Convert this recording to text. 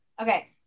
Okay